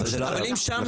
אבל אם יש שם